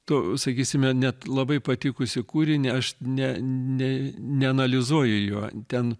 to sakysime net labai patikusį kūrinį aš ne ne neanalizuoju jo ten